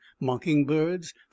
mockingbirds